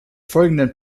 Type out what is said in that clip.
folgenden